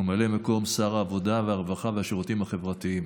וממלא מקום שר העבודה, הרווחה והשירותים החברתיים.